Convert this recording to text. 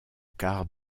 quart